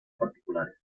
particulares